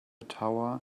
tower